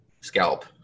scalp